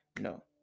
No